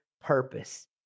purpose